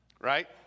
right